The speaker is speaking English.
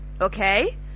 Okay